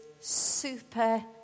super